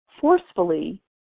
forcefully